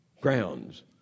grounds